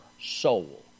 soul